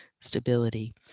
stability